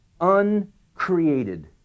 uncreated